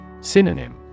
Synonym